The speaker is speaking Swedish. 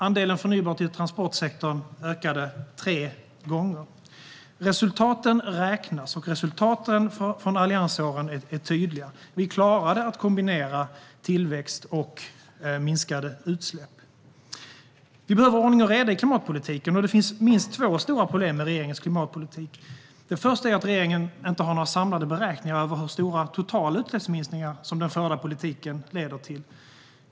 Andelen förnybart i transportsektorn blev tre gånger så stor. Resultaten räknas, och resultaten från alliansåren är tydliga. Vi klarade att kombinera tillväxt och minskade utsläpp. Vi behöver ordning och reda i klimatpolitiken. Det finns minst två stora problem med regeringens klimatpolitik. Det första problemet är att regeringen inte har några samlade beräkningar över hur stora totala utsläppsminskningar som den förda politiken leder till.